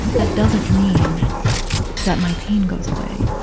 that doesn't mean that my pain goes away.